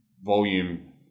volume